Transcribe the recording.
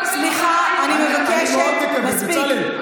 סליחה, אני מבקשת, מספיק.